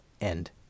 end